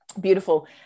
beautiful